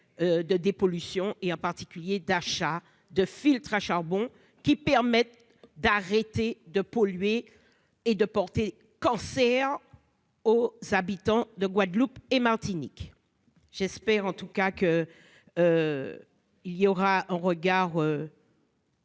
de dépollution et en particulier d'achat de filtres à charbon qui permettent d'arrêter de polluer et de porter cancer aux habitants de Guadeloupe et Martinique j'espère en tout cas que il y aura un regard.